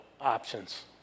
options